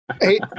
Hey